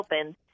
open